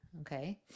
okay